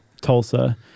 Tulsa